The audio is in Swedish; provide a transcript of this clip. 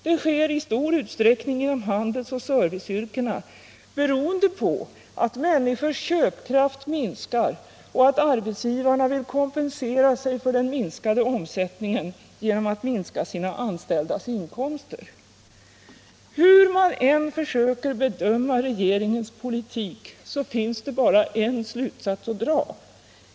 Det sker i stor omfattning inom handelsoch serviceyrkena, beroende på att människors köpkraft minskar och att arbetsgivarna vill kompensera sig för den minskade omsättningen genom att minska sina anställdas inkomster. Hur man än försöker bedöma regeringens politik finns det bara en slutsats att dra.